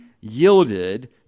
yielded